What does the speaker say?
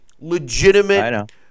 legitimate